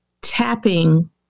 tapping